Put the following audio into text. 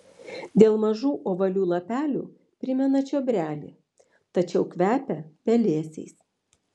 dėl mažų ovalių lapelių primena čiobrelį tačiau kvepia pelėsiais